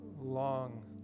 long